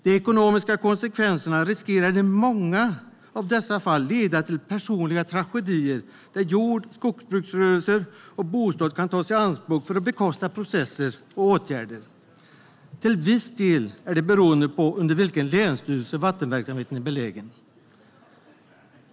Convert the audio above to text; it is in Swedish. De ekonomiska konsekvenserna riskerar i många av dessa fall att leda till personliga tragedier där jord och skogsbruksrörelse och bostad kan tas i anspråk för att bekosta processer och åtgärder. Till viss del är det beroende på under vilken länsstyrelse vattenverksamheten är belägen.